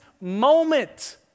moment